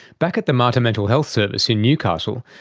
back at the mater mental health service in newcastle,